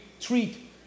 treat